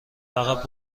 فقط